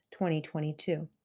2022